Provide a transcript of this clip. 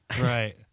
Right